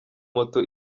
moto